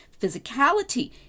physicality